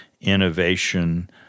innovation